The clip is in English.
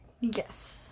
Yes